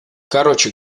короче